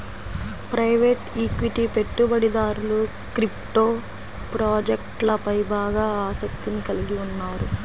private equity పెట్టుబడిదారులు crypto ప్రాజెక్ట్లపై బాగా ఆసక్తిని కలిగి ఉన్నారు